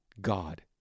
God